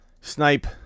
Snipe